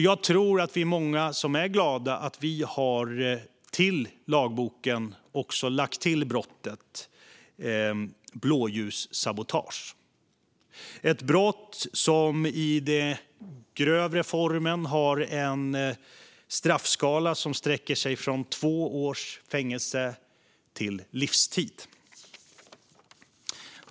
Jag tror att vi är många som är glada att vi till lagboken har lagt brottet blåljussabotage. Det är ett brott som i den grövre formen har en straffskala som stäcker sig från två års fängelse till livstid.